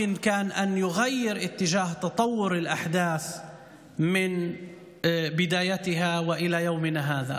זה היה יכול לשנות את התפתחות האירועים מתחילתם ועד היום הזה.